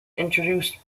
introduced